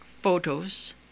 photos